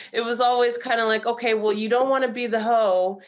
it was always kind of like, okay, well you don't want to be the hoe,